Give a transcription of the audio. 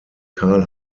karl